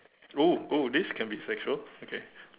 !woo! !woo! this can be sexual okay